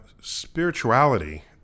spirituality